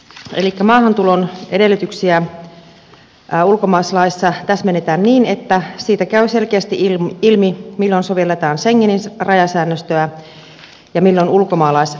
elikkä maahantulon edellytyksiä ulkomaalaislaissa täsmennetään niin että siitä käy selkeästi ilmi milloin sovelletaan schengenin rajasäännöstöä ja milloin ulkomaalaislakia